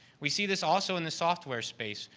we see this also in the software space.